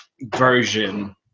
version